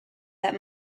that